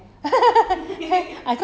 我很久没有出去 liao